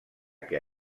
que